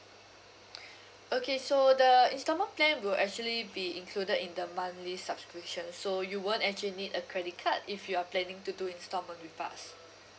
okay so the installment plan will actually be included in the monthly subscription so you won't actually need a credit card if you are planning to do installment with us